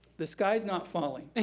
the sky's not falling.